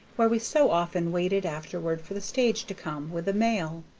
where we so often waited afterward for the stage to come with the mail,